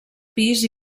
pis